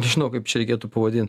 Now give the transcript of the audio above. nežinau kaip čia reikėtų pavadint